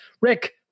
Rick